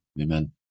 Amen